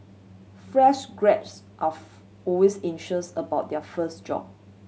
fresh graduates are always anxious about their first job